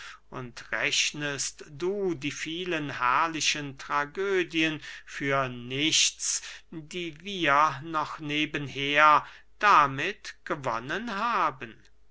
und rechnest du die vielen herrlichen tragödien für nichts die wir noch nebenher damit gewonnen haben